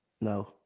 No